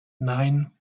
nine